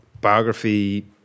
biography